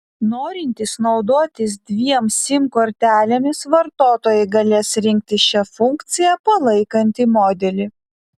norintys naudotis dviem sim kortelėmis vartotojai galės rinktis šią funkciją palaikantį modelį